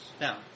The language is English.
Now